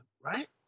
right